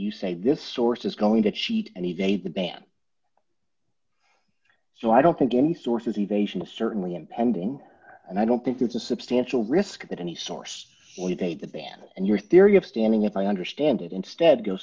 you say this source is going to cheat and evade the ban so i don't think any sources evasion is certainly impending and i don't think there's a substantial risk that any source would take the ban and your theory of standing if i understand it instead go